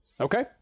okay